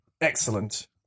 Excellent